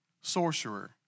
sorcerer